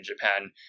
Japan